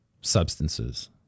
substances